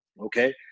okay